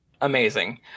Amazing